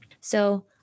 So-